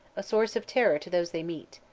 a source of terror to those they meet.